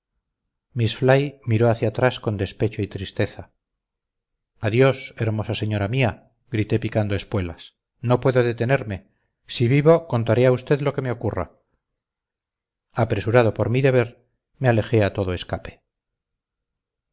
miss fly miró hacia atrás con despecho y tristeza adiós hermosa señora mía grité picando espuelas no puedo detenerme si vivo contaré a usted lo que me ocurra apresurado por mi deber me alejé a todo escape